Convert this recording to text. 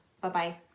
Bye-bye